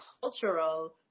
cultural